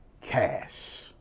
cash